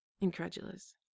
incredulous